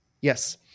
Yes